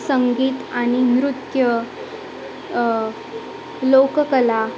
संगीत आणि नृत्य लोककला